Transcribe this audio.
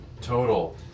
total